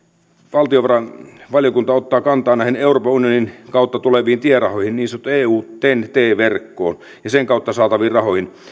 valtiovarainvaliokunta ottaa kantaa näihin euroopan unionin kautta tuleviin tierahoihin niin sanottuun eu ten t verkkoon ja sen kautta saataviin rahoihin